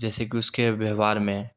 जैसे की उसके व्यवहार में